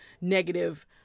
negative